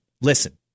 listen